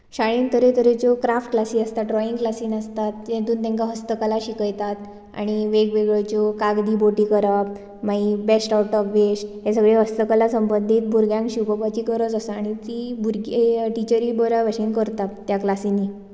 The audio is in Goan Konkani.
शाळेंत तरे तरेच्यो क्राफ्ट्स क्लासीस आसतात ड्राईंग क्लासीस आसता जातूंत तेंका हस्तकला शिकयतात आनी वेग वेगळ्यो ज्यो कागदी बोटी करप मागीर बेस्ट आवट ऑफ वेस्ट हे सगळे हस्तकला संबंदीत भुरग्यांक शिकोवपाची गरज आसा आनी तीं भुरगी टिचरी बऱ्या भशेन करतात त्या क्लासिनीं